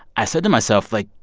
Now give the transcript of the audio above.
i said to myself, like,